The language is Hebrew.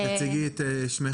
תציגי את שמך בבקשה.